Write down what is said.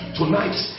tonight